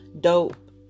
dope